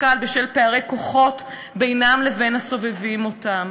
קל ושל פערי כוחות בינן לבין הסובבים אותן.